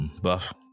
Buff